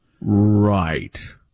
Right